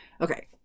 Okay